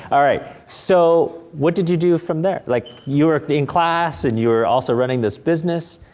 all right, so, what did you do from there? like, you were in class, and you were also running this business.